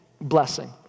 blessing